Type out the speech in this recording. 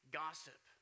gossip